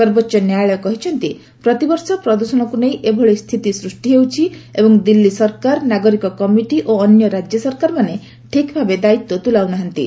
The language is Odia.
ସର୍ବୋଚ୍ଚ ନ୍ୟାୟାଳୟ କହିଛନ୍ତି ପ୍ରତିବର୍ଷ ପ୍ରଦ୍ଷଣକୁ ନେଇ ଏଭଳି ସ୍ଥିତି ସୃଷ୍ଟି ହେଉଛି ଏବଂ ଦିଲ୍ଲୀ ସରକାର ନାଗରିକ କମିଟି ଓ ଅନ୍ୟ ରାଜ୍ୟ ସରକାରମାନେ ଠିକ୍ଭାବେ ଦାୟିତ୍ୱ ତ୍ଲାଉ ନାହାନ୍ତି